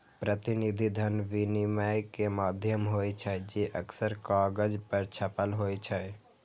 प्रतिनिधि धन विनिमय के माध्यम होइ छै, जे अक्सर कागज पर छपल होइ छै